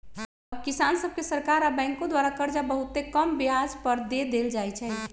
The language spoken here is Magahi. अब किसान सभके सरकार आऽ बैंकों द्वारा करजा बहुते कम ब्याज पर दे देल जाइ छइ